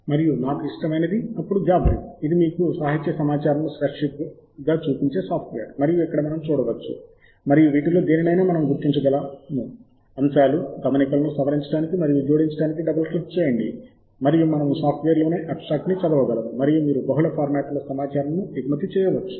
మరియు నాకు ఇష్టమైనది అప్పుడు జాబ్రిఫ్ ఇది మీకు సాహిత్య సమాచారమును స్ప్రెడ్షీట్గా చూపించే సాఫ్ట్వేర్ మరియు ఇక్కడ మనం చూడవచ్చు మరియు వీటిలో దేనినైనా మనం గుర్తించగలము అంశాలు గమనికలను సవరించడానికి మరియు జోడించడానికి డబుల్ క్లిక్ చేయండి మరియు మనము సాఫ్ట్వేర్లోనే అబ్స్ట్రాక్ట్ ని చదవగలము మరియు మీరు బహుళ ఫార్మాట్లలో సమాచారమును ఎగుమతి చేయవచ్చు